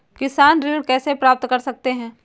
किसान ऋण कैसे प्राप्त कर सकते हैं?